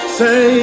say